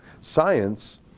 Science